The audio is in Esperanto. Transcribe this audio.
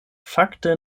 fakte